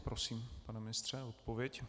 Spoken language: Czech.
Prosím, pane ministře, o odpověď.